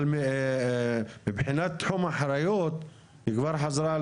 אבל מבחינת תחום אחריות היא כבר חזרה על